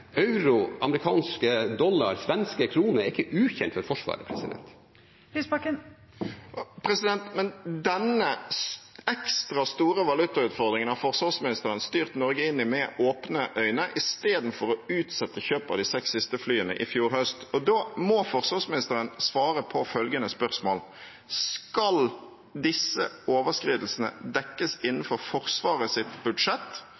euro, amerikanske dollar, svenske kroner – er ikke ukjent for Forsvaret. Audun Lysbakken – til oppfølgingsspørsmål. Men denne ekstra store valutautfordringen har forsvarsministeren styrt Norge inn i med åpne øyne, istedenfor å utsette kjøpet av de seks siste flyene i fjor høst. Da må forsvarsministeren svare på følgende spørsmål: Skal disse overskridelsene dekkes innenfor Forsvarets budsjett,